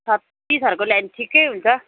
छत्तिसहरूको ल्यायो भने ठिक्कै हुन्छ